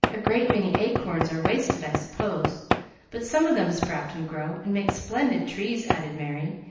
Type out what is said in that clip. a great many acorns are wasted, i suppose but some of them sprout and grow, and make splendid trees, added merry,